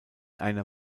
einer